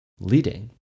leading